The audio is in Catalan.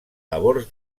labors